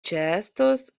ĉeestos